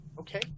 Okay